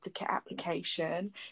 application